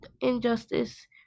injustice